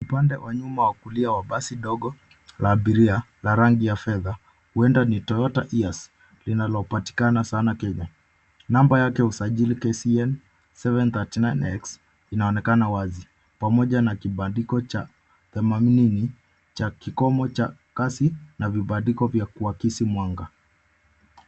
Upande wa nyuma wa kulia wa basi dogo la abiria la rangi ya fedha, huenda ni Toyota Hiace, linalopatikana sana Kenya. Namba yake ya usajili KCM 739X inaonekana wazi pamoja na kibandiko cha 80 cha kikomo cha kasi na vibandiko vya kuakisi mwanga.